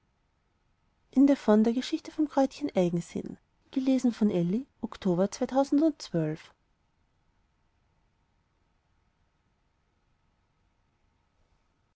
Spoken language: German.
die geschichte vom kräutchen eigensinn